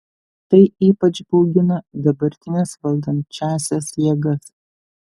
tai ypač baugina dabartines valdančiąsias jėgas